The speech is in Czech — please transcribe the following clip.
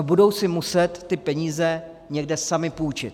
Budou si muset ty peníze někde sami půjčit.